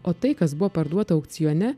o tai kas buvo parduota aukcione